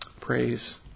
praise